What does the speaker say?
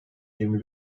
yirmi